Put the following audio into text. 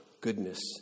goodness